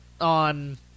on